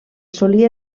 solia